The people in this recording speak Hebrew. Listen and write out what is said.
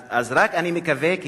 אז אני רק מקווה,